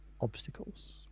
obstacles